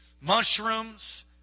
mushrooms